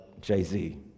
Jay-Z